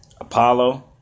Apollo